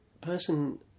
person